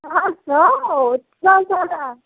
चार सौ इतना ज़्यादा